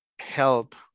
help